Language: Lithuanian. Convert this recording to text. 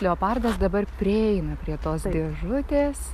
leopardas dabar prieina prie tos dėžutės